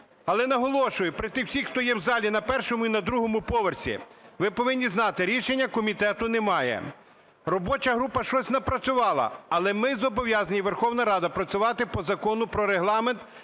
Але наголошую при всіх тих, хто є в залі на першому і на другому поверсі, ви повинні знати, рішення комітету немає, робоча група щось напрацювала. Але ми зобов'язані, Верховна Рада, працювати по Закону "Про Регламент